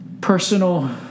personal